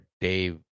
Dave